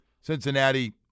Cincinnati